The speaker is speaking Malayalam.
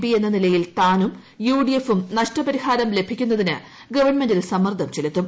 പി എന്ന് നിലയിൽ താനും യു ഡി ഫും ഉം നഷ്ടപരിഹാരം ലഭിക്കുന്നതിന് ഗവൺമെന്റിൽ സമ്മർദ്ദം ചെലുത്തും